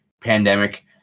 pandemic